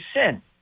sin